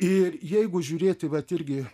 ir jeigu žiūrėti vat irgi